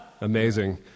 Amazing